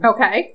Okay